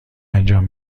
انجام